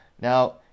Now